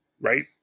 right